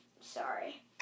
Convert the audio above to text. Sorry